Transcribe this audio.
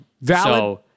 Valid